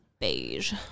beige